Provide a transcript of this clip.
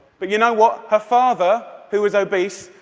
but you know what? her father, who was obese,